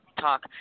talk